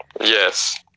yes